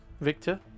Victor